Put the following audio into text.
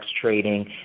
trading